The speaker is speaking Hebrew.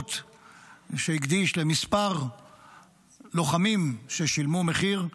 הבודדות שהקדיש לכמה לוחמים ששילמו מחיר,